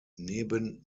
neben